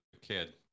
kid